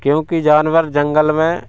क्योंकि जानवर जंगल में